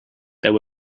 there